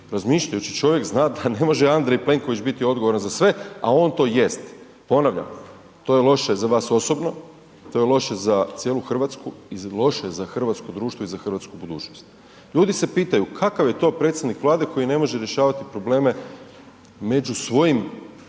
razmišljajući čovjek da ne može Andrej Plenković biti odgovora za sve, a on to jest. Ponavljam, to je loše za vas osobno, to je loše za cijelu Hrvatsku i loše je za hrvatsko društvo i hrvatsku budućnost. Ljudi se pitanju kakav je to predsjednik Vlade koji ne može rješavati probleme među svojim